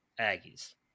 Aggies